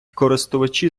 користувачі